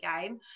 game